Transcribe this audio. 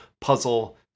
puzzle